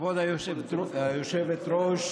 כבוד היושבת-ראש,